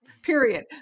period